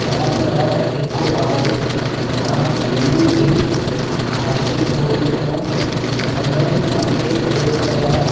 चारि ॿ हिकु आहे तव्हां जंहिंमहिल बि हासिंग बोर्ड मां ऐं मूंखे गोल बाज़ारि